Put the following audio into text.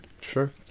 Sure